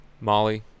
molly